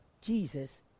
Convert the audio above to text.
Jesus